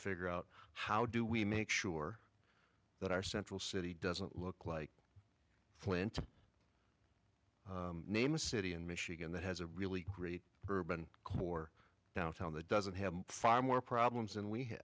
figure out how do we make sure that our central city doesn't look like flint to name a city in michigan that has a really great urban core downtown the doesn't have far more problems and we